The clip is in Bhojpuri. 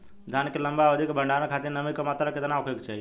धान के लंबा अवधि क भंडारण खातिर नमी क मात्रा केतना होके के चाही?